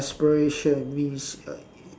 aspiration means uh